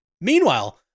Meanwhile